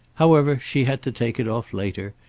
however she had to take it off later,